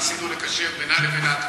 ניסינו לקשר בינה לבין האקטואליה.